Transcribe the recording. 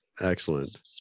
Excellent